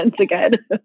again